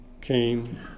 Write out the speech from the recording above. came